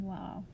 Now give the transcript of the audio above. Wow